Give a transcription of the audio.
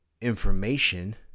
information